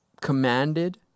commanded